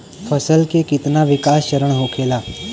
फसल के कितना विकास चरण होखेला?